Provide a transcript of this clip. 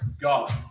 God